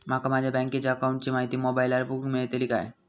माका माझ्या बँकेच्या अकाऊंटची माहिती मोबाईलार बगुक मेळतली काय?